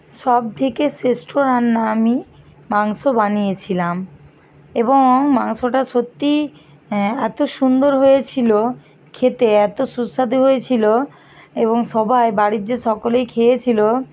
সবথেকে শ্রেষ্ঠ রান্না আমি মাংস বানিয়েছিলাম এবং মাংসটা সত্যিই এত সুন্দর হয়েছিল খেতে এত সুস্বাদু হয়েছিল এবং সবাই বাড়ির যে সকলেই খেয়েছিল